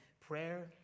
prayer